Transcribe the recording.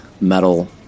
metal